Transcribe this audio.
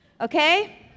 okay